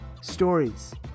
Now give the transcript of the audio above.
stories